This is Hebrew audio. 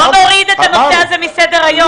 לא נוריד את הנושא הזה מסדר היום.